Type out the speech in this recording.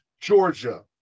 Georgia